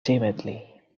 timidly